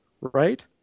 Right